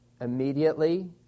immediately